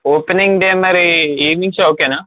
opening day మరి evening show ఓకేనా